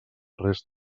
resta